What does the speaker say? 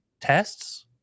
tests